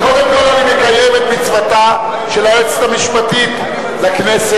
קודם כול אני מקיים את מצוותה של היועצת המשפטית לכנסת,